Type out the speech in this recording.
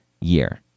year